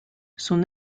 son